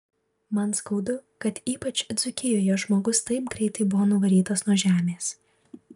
man skaudu kad ypač dzūkijoje žmogus taip greitai buvo nuvarytas nuo žemės